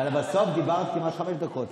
אבל בסוף דיברת כמעט חמש דקות,